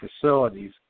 facilities